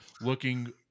looking